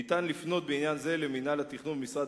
ניתן לפנות בעניין זה למינהל התכנון במשרד